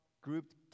grouped